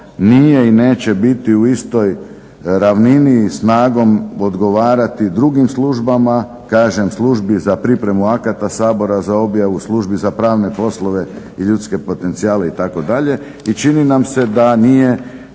nije i neće biti u istoj ravnini snagom odgovarati drugim službama, kažem Službi za pripremu akata Sabora za objavu službi za pravne poslove i ljudske potencijale itd. I čini nam se da nije